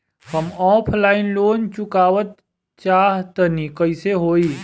हम offline loan चुकावल चाहऽ तनि कइसे होई?